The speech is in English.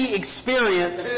experience